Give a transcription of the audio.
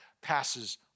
passes